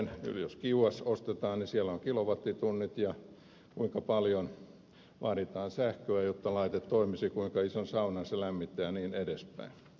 jos kiuas ostetaan siellä on kilowattitunnit ja kuinka paljon vaaditaan sähköä jotta laite toimisi kuinka ison saunan se lämmittää ja niin edelleen